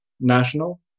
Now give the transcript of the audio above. national